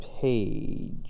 page